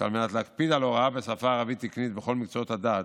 שעל מנת להקפיד על הוראה בשפה ערבית תקנית בכל מקצועות הדעת,